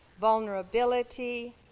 vulnerability